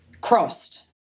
crossed